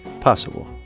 possible